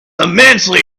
immensely